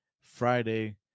Friday